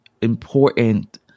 important